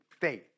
faith